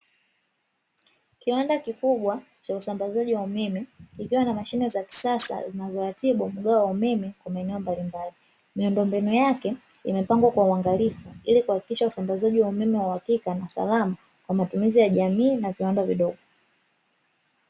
Kiwanda kikubwa cha usambazaji wa umeme ikiwa na mashine za kisasa zinazoratibu mgao wa umeme kwa maeneo mbalimbali, miundombinu yake imepangwa kwa uangalifu ili kuhakikisha usambazaji wa umeme wa uhakika na salamu kwa matumizi ya jamii na viwanda vidogo.